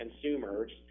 consumers